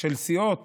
של הסיעות